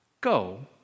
Go